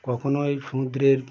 কখনোই সমুদ্রের